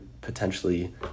potentially